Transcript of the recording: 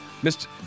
Mr